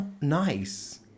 nice